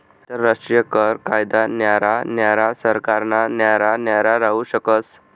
आंतरराष्ट्रीय कर कायदा न्यारा न्यारा सरकारना न्यारा न्यारा राहू शकस